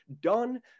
done